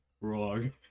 wrong